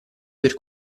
per